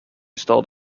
starred